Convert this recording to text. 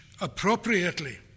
appropriately